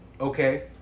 okay